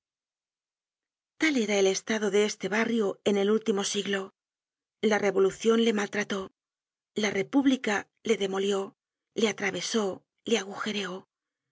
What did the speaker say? el estado de este barrio en el último siglo la revolucion le maltrató la república le demolió le atravesó le agujereó